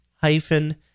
hyphen